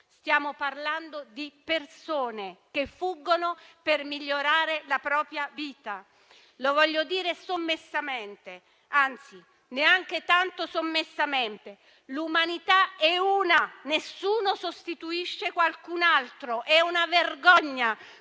Stiamo parlando di persone che fuggono per migliorare la propria vita. Lo voglio dire sommessamente, anzi, neanche tanto: l'umanità è una, nessuno sostituisce qualcun altro. È una vergogna